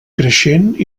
creixent